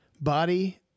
Body